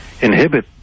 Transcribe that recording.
inhibit